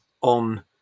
on